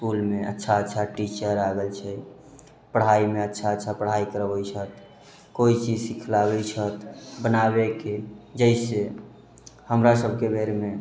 इसकुलमे अच्छा अच्छा टीचर आ गेल छै पढ़ाइमे अच्छा अच्छा पढ़ाइ करबै छथि कोइ चीज सीखाबै छथि बनाबैके जैसे हमरा सबके बेरमे